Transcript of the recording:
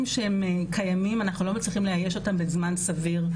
שהם קיימים אנחנו לא מצליחים לאייש אותם בזמן סביר,